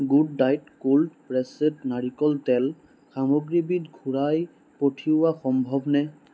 good Diet cold pressed নাৰিকল তেল সামগ্ৰীবিধ ঘূৰাই পঠিওৱা সম্ভৱনে